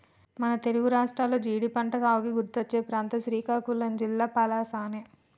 మన తెలుగు రాష్ట్రాల్లో జీడి పంటసాగుకి గుర్తుకొచ్చే ప్రాంతం శ్రీకాకుళం జిల్లా పలాసనే